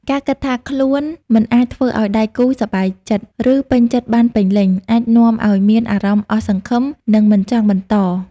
ការគិតថាខ្លួនមិនអាចធ្វើឲ្យដៃគូសប្បាយចិត្ត ឬពេញចិត្តបានពេញលេញ អាចនាំឲ្យមានអារម្មណ៍អស់សង្ឃឹម និងមិនចង់បន្ត។